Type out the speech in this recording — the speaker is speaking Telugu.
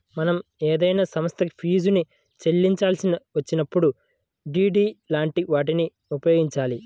మనం ఏదైనా సంస్థకి ఫీజుని చెల్లించాల్సి వచ్చినప్పుడు డి.డి లాంటి వాటిని ఉపయోగించాలి